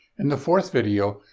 in the fourth video,